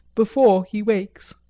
before he wakes.